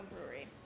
Brewery